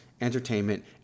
entertainment